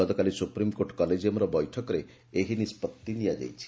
ଗତକାଲି ସୁପ୍ରିମ୍କୋର୍ଟ କଲେଜିୟମ୍ର ବୈଠକରେ ଏହି ନିଷ୍ବତ୍ତି ନିଆଯାଇଛି